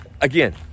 Again